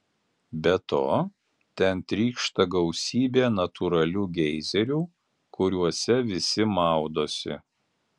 be to ten trykšta gausybė natūralių geizerių kuriuose visi maudosi